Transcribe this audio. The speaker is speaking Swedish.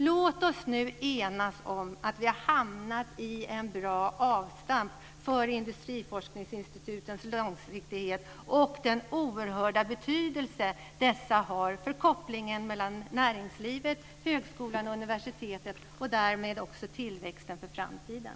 Låt oss nu enas om att vi har hamnat i ett bra avstamp för industriforskningsinstitutens långsiktighet och den oerhörda betydelse dessa har för kopplingen mellan näringsliv, högskolor och universitet och därmed också för tillväxten för framtiden.